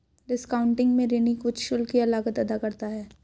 discounting में ऋणी कुछ शुल्क या लागत अदा करता है